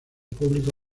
público